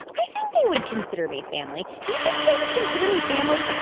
i think they would consider me family. do you think that they would consider me family?